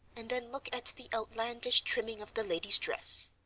and then look at the outlandish trimming of the lady's dress.